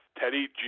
Teddy